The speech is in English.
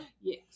yes